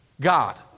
God